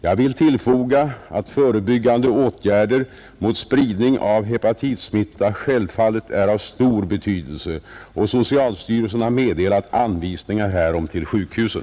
Jag vill tillfoga att förebyggande åtgärder mot spridning av hepatitsmitta självfallet är av stor betydelse, och socialstyrelsen har meddelat anvisningar härom till sjukhusen.